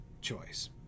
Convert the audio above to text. choice